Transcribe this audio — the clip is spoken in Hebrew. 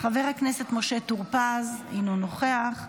חבר הכנסת משה טור פז, אינו נוכח.